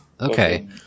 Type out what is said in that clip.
okay